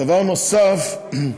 דבר נוסף,